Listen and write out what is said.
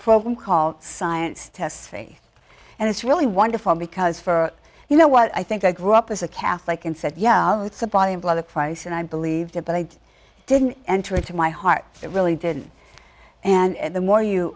program called science test phase and it's really wonderful because for you know what i think i grew up as a catholic and said yeah it's a body blow the price and i believed it but i didn't enter into my heart it really didn't and the more you